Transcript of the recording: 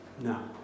no